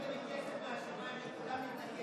גם אם תביא כסף מהשמיים נתנגד.